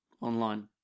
online